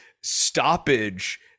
stoppage